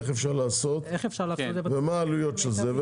איך אפשר לעשות ומה העלויות של זה.